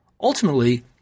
Ultimately